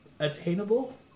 Attainable